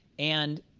and